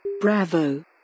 Bravo